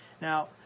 Now